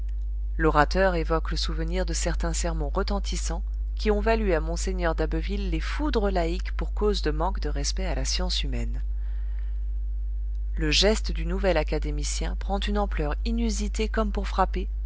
l'orateur évoque le souvenir de certains sermons retentissants qui ont valu à mgr d'abbeville les foudres laïques pour cause de manque de respect à la science humaine le geste du nouvel académicien prend une ampleur inusitée comme pour frapper